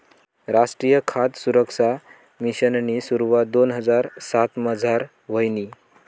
रासट्रीय खाद सुरक्सा मिशननी सुरवात दोन हजार सातमझार व्हयनी